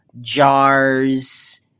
jars